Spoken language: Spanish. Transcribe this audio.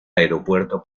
aeropuerto